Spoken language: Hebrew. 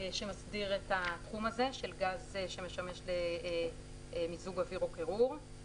שמסדיר את התחום הזה של גז שמשמש למיזוג אוויר או קירור.